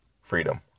Freedom